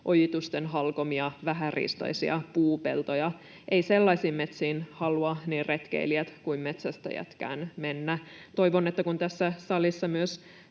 ojitusten halkomia vähäriistaisia puupeltoja. Eivät sellaisiin metsiin halua sen enempää retkeilijät kuin metsästäjätkään mennä. Toivon, että kun tässä salissa myös